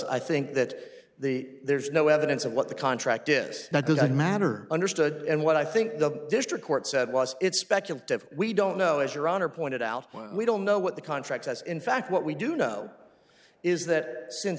i think that the there's no evidence of what the contract is now doesn't matter understood and what i think the district court said was it's speculative we don't know as your honor pointed out we don't know what the contract says in fact what we do know is that since